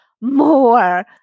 more